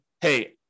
hey